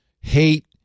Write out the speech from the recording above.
hate